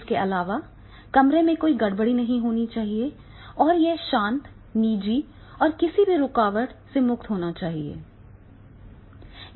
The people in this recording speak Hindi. इसके अलावा कमरे में कोई गड़बड़ी नहीं होनी चाहिए और यह शांत निजी और किसी भी रुकावट से मुक्त होना चाहिए